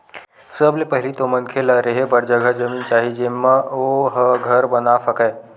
सबले पहिली तो मनखे ल रेहे बर जघा जमीन चाही जेमा ओ ह घर बना सकय